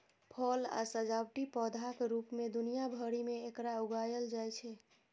फल आ सजावटी पौधाक रूप मे दुनिया भरि मे एकरा उगायल जाइ छै